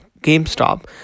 GameStop